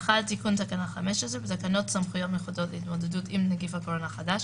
תיקון תקנה 15 בתקנות סמכויות מיוחדות להתמודדות עם נגיף הקורונה החדש